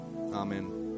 Amen